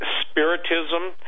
spiritism